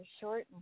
short